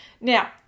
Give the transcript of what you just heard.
Now